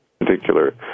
particular